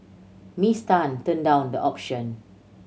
Miss Tan turned down the option